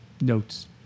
notes